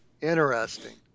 Interesting